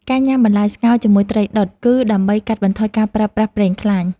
ការញ៉ាំបន្លែស្ងោរជាមួយត្រីដុត គឺដើម្បីកាត់បន្ថយការប្រើប្រាស់ប្រេងខ្លាញ់។